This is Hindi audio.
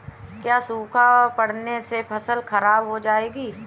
क्या सूखा पड़ने से फसल खराब हो जाएगी?